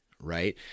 right